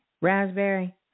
Raspberry